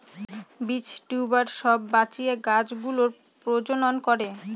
বীজ, টিউবার সব বাঁচিয়ে গাছ গুলোর প্রজনন করে